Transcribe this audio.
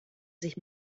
sich